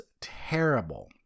terrible